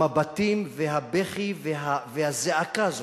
המבטים והבכי והזעקה הזאת,